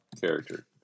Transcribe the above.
character